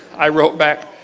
i wrote back,